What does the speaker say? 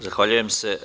Zahvaljujem se.